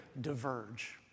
diverge